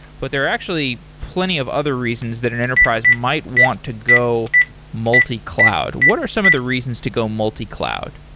but there are actually plenty of other reasons that an enterprise might want to go multi-cloud. what are some of the reasons to go multi-cloud?